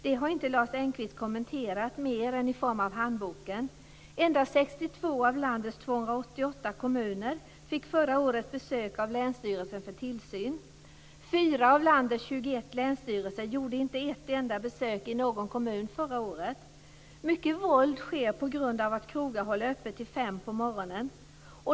Det har inte Lars Engqvist kommenterat annat än genom att nämna handboken. Endast 62 av landets 288 kommuner fick förra året besök av länsstyrelsen för tillsyn. 4 av landets 21 länsstyrelser gjorde inte ett enda besök i någon kommun förra året. Mycket våld sker på grund av att krogar håller öppet till fem på morgonen.